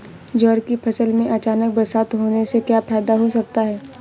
ज्वार की फसल में अचानक बरसात होने से क्या फायदा हो सकता है?